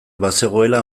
bazegoela